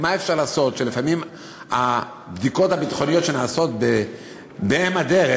מה אפשר לעשות שלפעמים בבדיקות הביטחוניות שנעשות על אם הדרך,